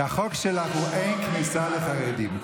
כי החוק שלך הוא אין כניסה לחרדים.